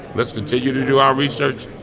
let's continue to do our research,